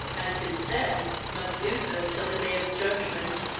and, tis said, must do so till the day of judgment.